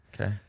Okay